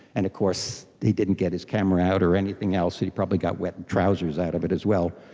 and of course he didn't get his camera out or anything else. he probably got wet trousers out of it as well.